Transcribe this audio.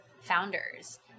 founders